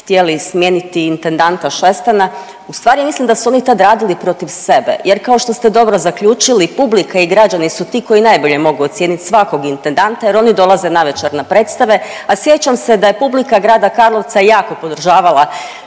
htjeli smijeniti intendanta Šestana. Ustvari mislim da su oni tad radili protiv sebe jer kao što ste dobro zaključili publika i građani su ti koji najbolje mogu ocijenit svakog intendanta jer oni dolaze navečer na predstave. A sjećam se da je publika grada Karlovca jako podržavala